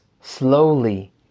slowly